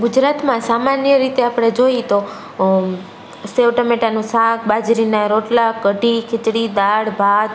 ગુજરાતમાં સામાન્ય રીતે આપણે જોઈએ તો સેવ ટમેટાનું શાક બાજરીના રોટલા કઢી ખીચડી દાળ ભાત